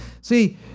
See